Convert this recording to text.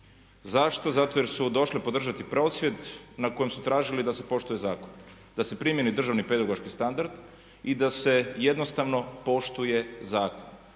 Zašto? Zato jer su došle podržati prosvjed na kojem su tražili da se poštuje zakon, da se primjeni državni pedagoški standard i da se jednostavno poštuje zakon.